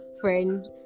friend